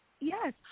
Yes